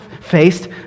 faced